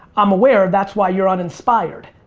i'm aware that's why you're uninspired.